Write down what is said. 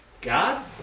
god